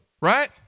right